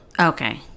okay